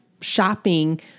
shopping